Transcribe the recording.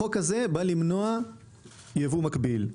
החוק הזה בא למנוע את חסימת הייבוא המקביל.